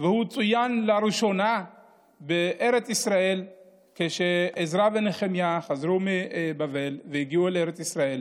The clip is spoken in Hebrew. הוא צוין לראשונה בארץ ישראל כשעזרא ונחמיה חזרו מבבל והגיעו לארץ ישראל